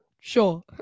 sure